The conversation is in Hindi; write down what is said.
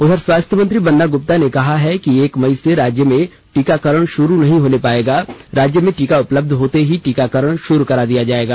उधर स्वास्थ्य मंत्री बन्ना गुप्ता ने कहा है कि एक मई से राज्य में टीकाकरण शुरू नहीं हो पाएगा राज्य में टीका उपलब्ध होते ही ही टीकाकरण शुरू करा दिया जाएगा